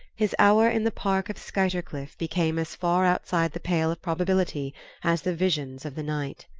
his hour in the park of skuytercliff became as far outside the pale of probability as the visions of the night.